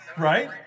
Right